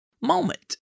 moment